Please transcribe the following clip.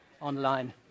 online